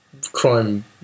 crime